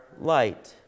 light